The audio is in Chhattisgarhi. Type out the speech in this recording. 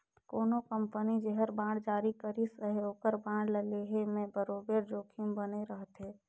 कोनो कंपनी जेहर बांड जारी करिस अहे ओकर बांड ल लेहे में बरोबेर जोखिम बने रहथे